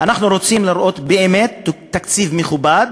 אנחנו רוצים לראות באמת תקציב מכובד